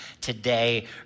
today